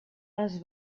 les